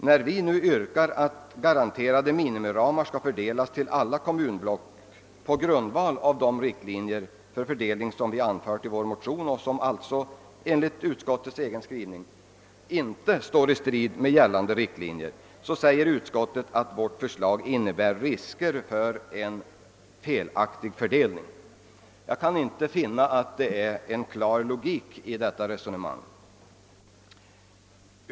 När vi nu yrkar att garanterade minimiramar skall fördelas till alla kommunblock på grundval av de riktlinjer för fördelningen som vi föreslagit i vår motion och som alltså enligt utskottets egen skrivning inte står i strid med gällande riktlinjer, säger utskottet att vårt förslag innebär risker för en felaktig fördelning. Jag kan inte finna någon klar logik i detta resonemang.